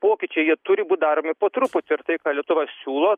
pokyčiai jie turi būt daromi po truputį ir tai ką lietuva siūlo